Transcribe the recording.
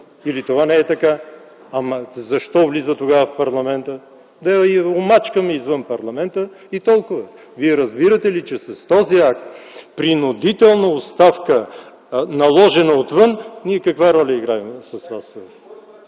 Или това не е така? Защо влиза тогава в парламента? Да я омачкаме извън парламента и толкова! Вие разбирате ли, че с този акт – принудителна оставка, наложена отвън, ние каква роля играем с вас?